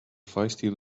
feisty